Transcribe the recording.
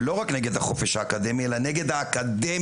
ולא רק נגד החופש האקדמי אלא נגד האקדמיה.